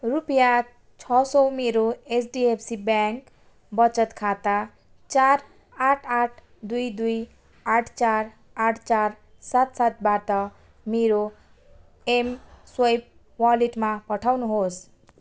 रुपियाँ छ सय मेरो एचडिएफसी ब्याङ्क बचत खाता चार आठ आठ दुई दुई आठ चार आठ चार सात सातबाट मेरो एम स्वाइप वालेटमा पठाउनुहोस्